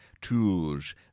tools